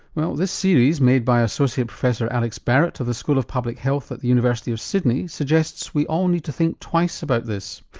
well, this series made by associate professor alex barratt of the school of public health at the university of sydney suggests we all need to think twice about this.